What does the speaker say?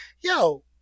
Yo